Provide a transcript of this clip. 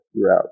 throughout